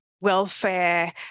welfare